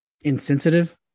insensitive